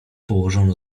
położono